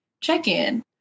check-in